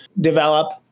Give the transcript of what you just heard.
develop